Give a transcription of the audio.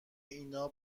اینا